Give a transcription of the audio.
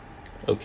okay